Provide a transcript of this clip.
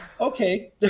Okay